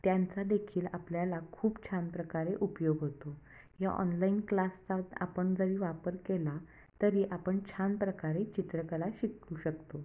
त्यांचादेखील आपल्याला खूप छान प्रकारे उपयोग होतो या ऑनलाईन क्लासचा उ आपण जरी वापर केला तरी आपण छान प्रकारे चित्रकला शिकू शकतो